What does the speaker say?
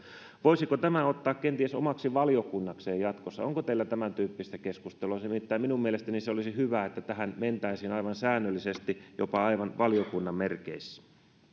voisiko tämän ottaa kenties omaksi valiokunnakseen jatkossa onko teillä tämäntyyppistä keskustelua nimittäin minun mielestäni se olisi hyvä että tähän mentäisiin aivan säännöllisesti jopa aivan valiokunnan merkeissä